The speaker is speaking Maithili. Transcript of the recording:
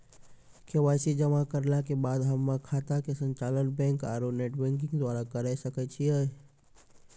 के.वाई.सी जमा करला के बाद हम्मय खाता के संचालन बैक आरू नेटबैंकिंग द्वारा करे सकय छियै?